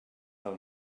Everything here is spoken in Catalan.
del